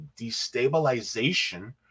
destabilization